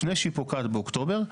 לפני שהיא פוקעת באוקטובר,